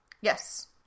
Yes